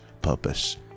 purpose